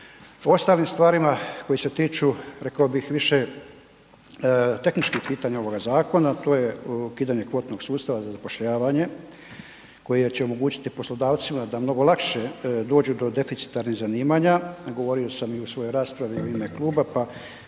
ostalim stvarima koje se tiču rekao bih više tehničkih pitanja ovoga zakona a to je ukidanje kvotnog sustava za zapošljavanje koje će omogućiti poslodavcima da mnogo lakše dođu do deficitarnih zanimanja, govorio sam i u svojoj raspravi i u ime kluba, pa